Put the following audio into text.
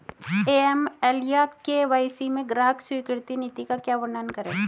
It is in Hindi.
ए.एम.एल या के.वाई.सी में ग्राहक स्वीकृति नीति का वर्णन करें?